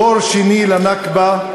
דור שני לנכבה,